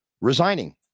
resigning